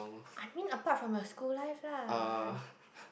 I mean apart from your school life lah